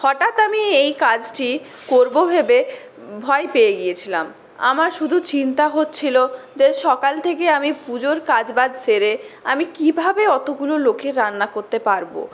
হঠাৎ আমি এই কাজটি করবো ভেবে ভয় পেয়ে গিয়েছিলাম আমার শুধু চিন্তা হচ্ছিলো যে সকাল থেকে আমি পুজোর কাজবাজ সেরে আমি কীভাবে অতোগুলো লোকের রান্না করতে পারবো